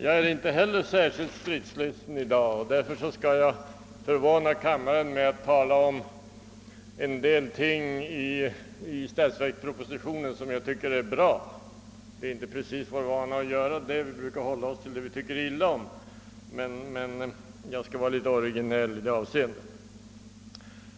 Jag är inte heller särskilt stridslysten i dag, och därför skall jag förvåna kammaren med att tala om en del ting i statsverkspropositionen som jag tycker är bra; det är inte precis vår vana att göra det — vi brukar ju hålla oss till det vi tycker illa om, men jag skall vara litet originell i det avseendet.